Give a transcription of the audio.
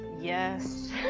Yes